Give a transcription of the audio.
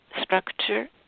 structure